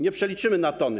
Nie przeliczymy na tony.